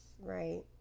right